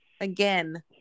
again